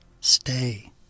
stay